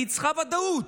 כי היא צריכה ודאות.